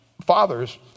fathers